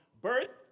birth